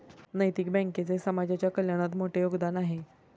नैतिक बँकेचे समाजाच्या कल्याणात मोठे योगदान आहे